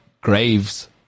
graves